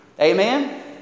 Amen